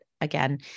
again